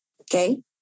okay